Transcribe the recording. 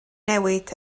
newid